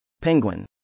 Penguin